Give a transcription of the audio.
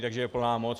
Takže je plná moc.